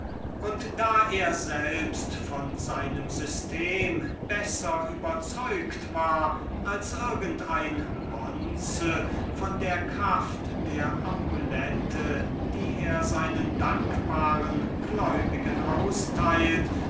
und da er selbst von seinem system besser überzeugt war als irgend ein bonze von der kraft der amulete die er seinen dankbaren gläubigen austeilt